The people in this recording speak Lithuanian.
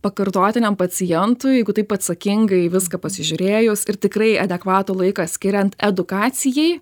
pakartotiniam pacientui jeigu taip atsakingai viską pasižiūrėjus ir tikrai adekvatų laiką skiriant edukacijai